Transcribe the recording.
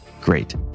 great